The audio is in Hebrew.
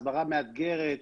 הסברה מאתגרת,